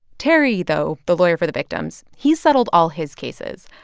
terry though, the lawyer for the victims, he's settled all his cases.